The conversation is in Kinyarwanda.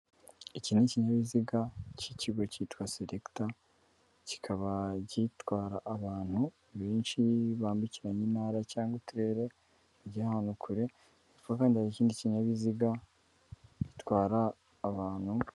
Iki nikinyabiziga cy'ikigo cyitwa selecta kikaba gitwara abantu benshi bambukiranya intara cyangwa uturere bagiye ahantu kure hakaba hari ikindi kinyabiziga gitwara abantu.